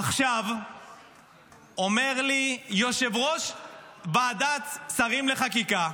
עכשיו אומר לי יושב-ראש ועדת שרים לחקיקה: